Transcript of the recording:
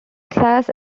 class